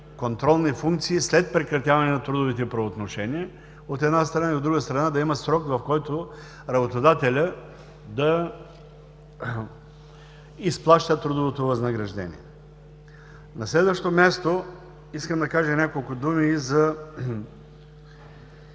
контролни функции след прекратяване на трудовите правоотношения, от една страна, и, от друга страна, да има срок, в който работодателят да изплаща трудовото възнаграждение. На следващо място. Искам да кажа няколко думи по